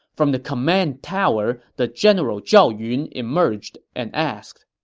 from the command tower the general zhao yun emerged and asked,